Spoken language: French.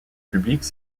publique